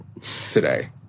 today